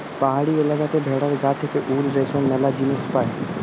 পাহাড়ি এলাকাতে ভেড়ার গা থেকে উল, রেশম ম্যালা জিনিস পায়